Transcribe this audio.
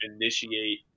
initiate